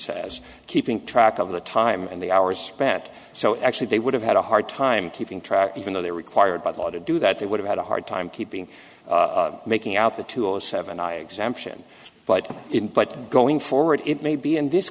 says keeping track of the time and the hours bet so actually they would have had a hard time keeping track even though they were required by law to do that they would have had a hard time keeping making out the two or seven i exempt in but in but going forward it may be in this